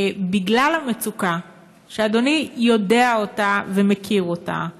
בגלל המצוקה שאדוני יודע עליה ומכיר אותה,